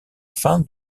fin